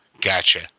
Gotcha